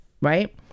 Right